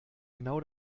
genau